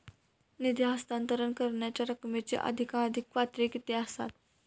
निधी हस्तांतरण करण्यांच्या रकमेची अधिकाधिक पातळी किती असात?